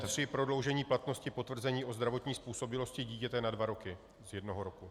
B3 prodloužení platnosti potvrzení o zdravotní způsobilosti dítěte na dva roky z jednoho roku.